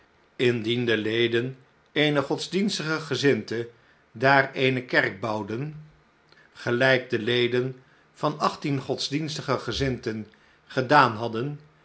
de leden eener godsdienstige gezindte daar eene kerk bouwden gelijk de leden van achttien godsdienstige gezindten gedaan hadden